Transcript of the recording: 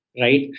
Right